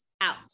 out